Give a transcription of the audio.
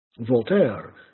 Voltaire